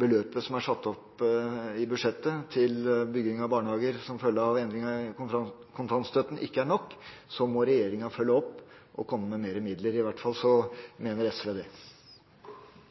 beløpet som er satt opp i budsjettet til bygging av barnehager som følge av endring av kontantstøtten, ikke er nok, må regjeringa følge opp og komme med mer midler – i hvert fall mener SV det.